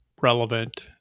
relevant